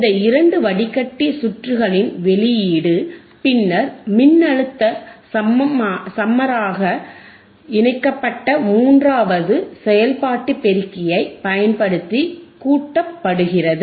இந்த இரண்டு வடிகட்டி சுற்றுகளின் வெளியீடு பின்னர் மின்னழுத்த சம்மராக இணைக்கப்பட்ட மூன்றாவது செயல்பாட்டு பெருக்கியைப் பயன்படுத்தி கூட்டப்படுகிறது